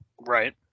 Right